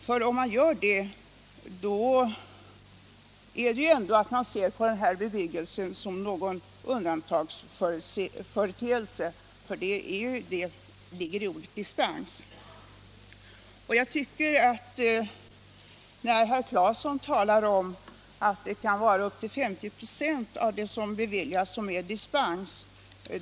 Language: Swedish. Gör man det innebär det ändå att man ser på den här bebyggelsen som någon undantagsföreteelse — det ligger ju i ordet dispens. Herr Claeson talar om att det i upp till 50 ?6 av de fall som beviljas är fråga om dispens.